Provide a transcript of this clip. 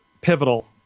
pivotal